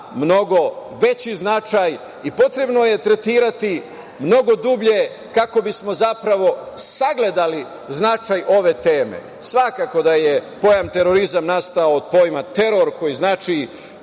mnogo veći značaj i potrebno je tretirati mnogo dublje kako bismo zapravo sagledali značaj ove teme. Svakako da je pojam terorizam nastao od pojma teror koji znači